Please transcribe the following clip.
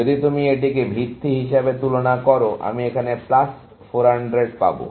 যদি তুমি এটিকে ভিত্তি হিসাবে তুলনা করো আমি এখানে প্লাস 400 পাব